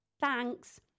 thanks